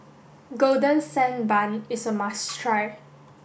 golden sand bun is a must try